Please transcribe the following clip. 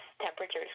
temperatures